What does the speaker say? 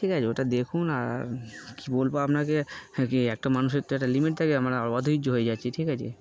ঠিক আছে ওটা দেখুন আর কী বলবো আপনাকে আর কি একটা মানুষের তো একটা লিমিট থাকে আমরা অধৈর্য হয়ে যাচ্ছছে ঠিক আছে